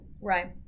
Right